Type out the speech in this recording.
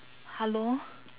hello